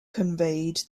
conveyed